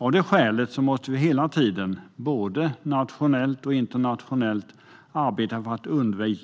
Av detta skäl måste vi hela tiden, både nationellt och internationellt, arbeta för att